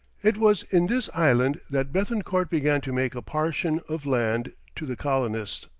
it was in this island that bethencourt began to make a partition of land to the colonists,